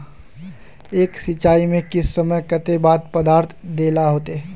एक सिंचाई में किस समय पर केते खाद पदार्थ दे ला होते?